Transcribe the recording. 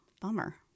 Bummer